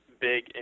big